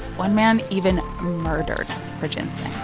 one man even murdered for ginseng